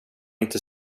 inte